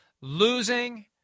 losing